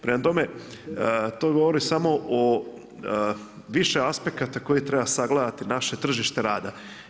Prema tome, to govori o više aspekata koje treba sagledati naše tržište rada.